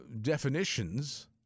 definitions